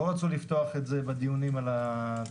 לא רצו לפתוח את זה בדיונים על התקציב.